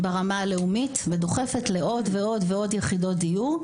ברמה הלאומית ודוחפת לעוד ועוד יחידות דיור,